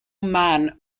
man